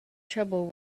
trouble